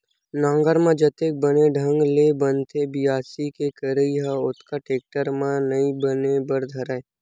नांगर म जतेक बने ढंग ले बनथे बियासी के करई ह ओतका टेक्टर म नइ बने बर धरय